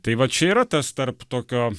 tai va čia yra tas tarp tokio